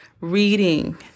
reading